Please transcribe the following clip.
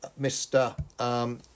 Mr